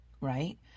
right